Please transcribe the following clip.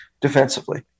defensively